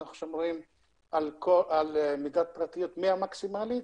אנחנו שומרים על מידת הפרטיות מהמקסימלית,